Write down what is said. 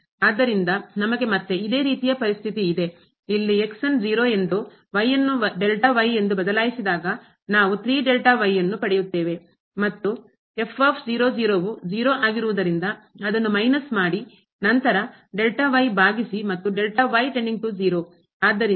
ಆದ್ದರಿಂದ ನಮಗೆ ಮತ್ತೆ ಇದೇ ರೀತಿಯ ಪರಿಸ್ಥಿತಿ ಇದೆ ಇಲ್ಲಿ x ಅನ್ನು 0 ಎಂದು ಅನ್ನು ಎಂದು ಬದಲಾಯಿಸಿದಾಗ ನಾವು 3 ಅನ್ನು ಪಡೆಯುತ್ತೇವೆ ಮತ್ತು ಯು 0 ಆಗಿರುವುದರಿಂದ ಅದನ್ನು ಮೈನಸ್ ಮಾಡಿ ನಂತರ ಬಾಗಿಸಿ ಮತ್ತು